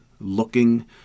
looking